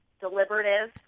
deliberative